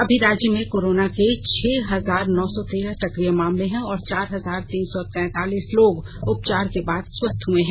अभी राज्य में कोराना के छह हजार नौ सौ तेरह सक्रिय मामले हैं और चार हजार तीन सौ तैतालीस लोग उपचार के बाद स्वस्थ हए हैं